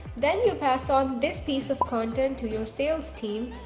then you pass on this piece of content to your sales team.